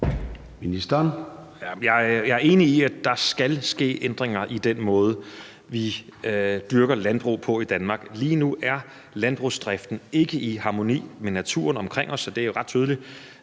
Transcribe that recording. Jeg er enig i, at der skal ske ændringer i den måde, vi driver landbrug på i Danmark. Lige nu er landbrugsdriften ikke i harmoni med naturen omkring os. Det er ret tydeligt,